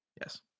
Yes